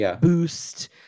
boost